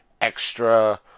extra